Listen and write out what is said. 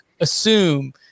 assume